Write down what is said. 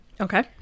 Okay